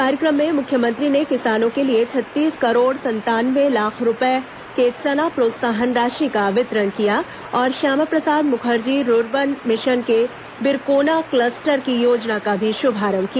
कार्यक्रम में मुख्यमंत्री ने किसानों के लिए छत्तीस करोड़ संतानवे लाख रूपये के चना प्रोत्साहन राशि का वितरण किया और श्यामाप्रसाद मुखर्जी रूर्बन मिशन के बिरकोना कलस्टर की योजना का भी शुभारंभ किया